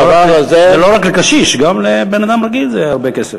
זה לא רק לקשיש, גם לבן-אדם רגיל זה הרבה כסף.